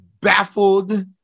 baffled